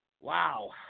Wow